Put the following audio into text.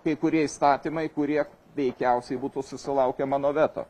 kai kurie įstatymai kurie veikiausiai būtų susilaukę mano veto